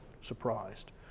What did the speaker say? surprised